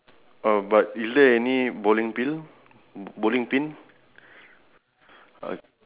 uh is it the same um it's like a L L shape